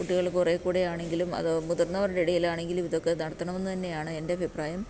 കുട്ടികൾ കുറേക്കൂടെയാണെങ്കിലും അത് മുതിർന്നവരുടെ ഇടയിൽ ആണെങ്കിൽ ഇതൊക്കെ നടത്തണമെന്ന് തന്നെയാണ് എൻ്റെ അഭിപ്രായം